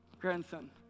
grandson